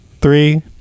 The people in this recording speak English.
Three